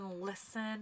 listen